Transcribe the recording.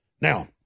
Now